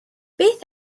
beth